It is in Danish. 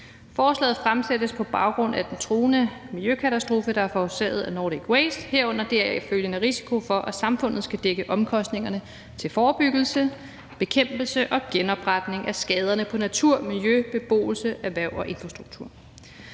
Forslaget fremsættes på baggrund af den truende miljøkatastrofe, der er forårsaget af Nordic Waste, herunder den deraf følgende risiko for, at samfundet skal dække omkostningerne til forebyggelse, bekæmpelse og genopretning af skaderne på natur, miljø, beboelse, erhverv og infrastruktur.